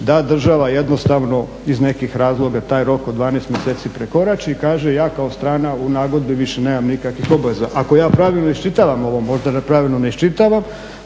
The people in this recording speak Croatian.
da država jednostavno iz nekih razloga taj rok od 12 mjeseci prekorači i kaže ja kao strana u nagodbi više nemam nikakvih obveza. Ako ja pravilno iščitavam ovo, možda pravilno ne iščitavam.